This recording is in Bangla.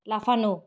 লাফানো